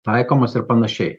taikomas ir panašiai